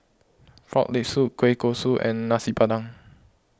Frog Leg Soup Kueh Kosui and Nasi Padang